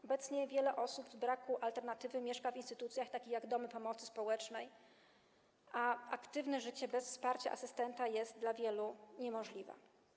Obecnie wiele osób z braku alternatywy mieszka w instytucjach takich jak domy pomocy społecznej, a aktywne życie bez wsparcia asystenta dla wielu jest niemożliwe.